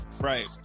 Right